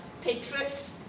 Patriot